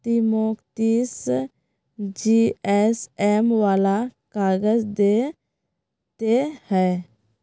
ती मौक तीस जीएसएम वाला काग़ज़ दे ते हैय्